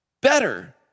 better